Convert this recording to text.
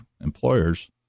employers